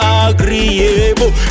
agreeable